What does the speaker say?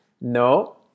No